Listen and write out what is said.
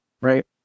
right